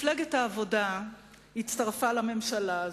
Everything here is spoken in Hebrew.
מפלגת העבודה הצטרפה לממשלה הזאת,